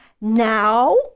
Now